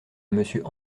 monsieur